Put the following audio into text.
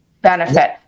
benefit